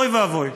אוי ואבוי.